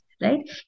right